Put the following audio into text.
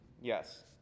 Yes